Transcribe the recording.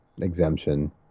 exemption